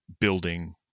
building